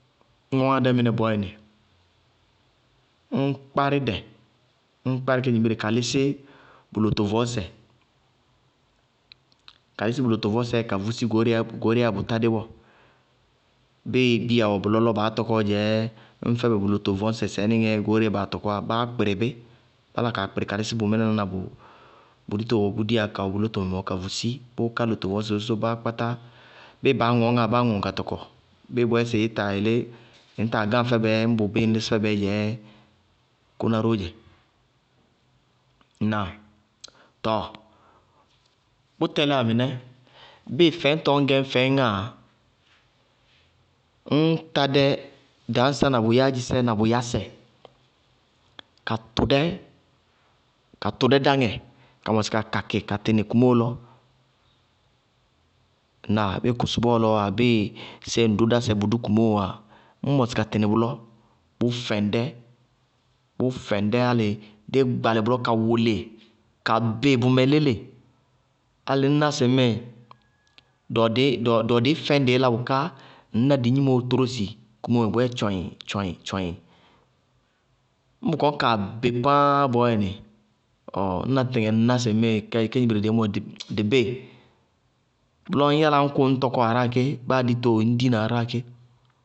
Ñ ŋɔñŋá dɛ mɩnɛ bɔɔyɛnɩ, ññ kpárɩ dɛ, ññ kpárɩ kádzmbire ka lɩsɩ bʋ lotovɔñsɛ ka vusi goóreé yáa bʋ tádé bɔɔ. Bɩɩ biya wɛ bʋlɔ lɔ ma baá tɔkɔɔ dzɛɛ, ññ fɛbɛ bʋ lotovɔñsɛ sɛɛ bɔɔnɩŋɛɛ baa tɔkɔwá, báá kpɩrɩ bɩ, báá la kaa kpɩrɩ ka lɩsɩ bʋ mɩnaná na bʋ dito bɔɔ bʋ diyá ka wɛ bʋ lótomɛ mɔɔ ka vusi, bʋʋká lotovɔñsɛ woósósó, báá kpátá, bɩɩ baá ŋɔññáa, báá ŋɔŋ ka tɔkɔ. Bɩɩ bʋyɛsɩ ɩɩ taa yelé, ŋñ taa gáŋ fɛbɛɛ ñ bʋbɩɩ ñ lɩsɩ fɛbɛɛ dzɛɛ, kʋná róó dzɛ. Ŋnáa? Tɔɔ bʋ tɛlɩyá mɩnɛ, bɩɩ fɛñtɔɔ ŋñ gɛ ñ fɛŋñŋáa, ññ tadɛ dañsá na bʋ yáádzisɛ na bʋ yásɛ, ka tʋdɛ, ka tʋdɛ dáŋɛ ka mɔsɩ ka kakɩ ka tɩnɩ kumóo lɔ. Ŋnáa? Bɩɩ kʋsʋbɔɔlɔɔ wáa, bɩɩ séé ŋ dʋ dásɛ bʋ dʋ kumóo wáa, ññ mɔsɩ ka tɩnɩ bʋlɔ bʋʋ fɛŋ dɛ, bʋʋ fɛŋ dɛ alɩ ka wʋlɩ, ka bɩ bʋmɛ léle, alɩ ŋñná sɩŋmɩɩ dɩwɔ dɩɩ fɛñ dɩɩ lá bʋká ŋñná sɩ gnimoó tórósi kumóomɛ bʋʋyɛ tchɔɩŋŋŋ-tchɔɩŋŋŋ-tchɔɩŋŋŋ. Ñ bʋ kɔnɩ kaa bɩ páááñ bɔɔyɛnɩ, ɔɔɔɔ ñŋ ná tɩtɩŋɛ ná sɩ kedzimbire deémɔ dɩ bɩɩ, bʋlɔ ŋñ yála ŋñ kʋñ ŋñ tɔkɔ aráa ké, báa ditoó, ŋñ kʋñ ŋñ dina aráa ké.